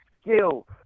skill